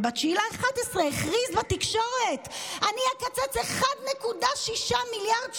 וב-9 בנובמבר הכריז בתקשורת: אני אקצץ 1.6 מיליארד שקלים.